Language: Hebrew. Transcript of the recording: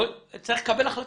צריך לקבל החלטות.